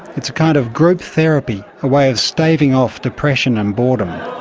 it's a kind of group therapy, a way of staving off depression and boredom. and